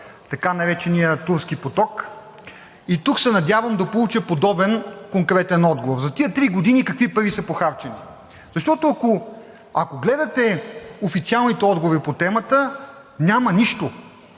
така наречения „Турски поток“ и тук се надявам да получа подобен конкретен отговор. За тези три години какви пари са похарчени? Защото, ако гледате официалните отговори по темата, няма нищо!